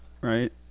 right